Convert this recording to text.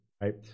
Right